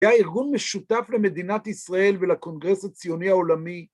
היה ארגון משותף למדינת ישראל ולקונגרס הציוני העולמי